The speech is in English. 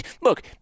Look